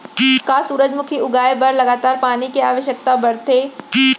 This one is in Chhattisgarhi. का सूरजमुखी उगाए बर लगातार पानी के आवश्यकता भरथे?